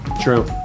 true